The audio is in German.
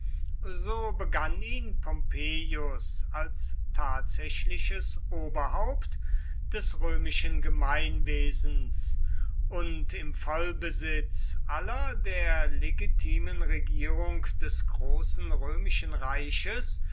so begann ihn pompeius als tatsächliches oberhaupt des römischen gemeinwesens und im vollbesitz aller der legitimen regierung des großen römischen reiches